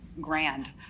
grand